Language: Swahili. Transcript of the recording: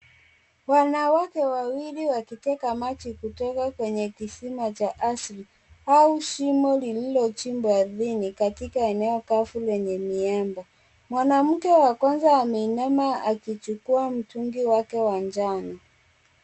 Wanawake wawili wakiteka maji kutoka kwenye kisima cha ardhi au shimo lililojimbwa ardhini katika eneo kafu lenye miamba. Mwanamke wa kwanza ameinama akichukua mtungi wake wa njano.